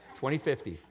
2050